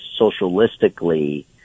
socialistically